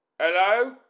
Hello